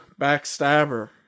Backstabber